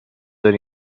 داری